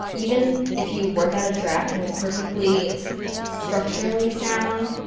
even if you work at a draft and it's perfectly structurally sound,